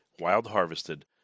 wild-harvested